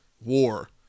war